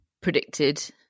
predicted